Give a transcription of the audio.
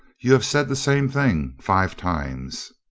you have said the same thing five times.